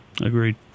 agreed